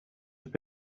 have